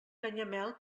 canyamel